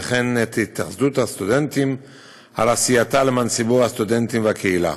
וכן את התאחדות הסטודנטים על עשייתה למען ציבור הסטודנטים והקהילה.